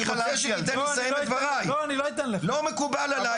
לא מקובל עליי.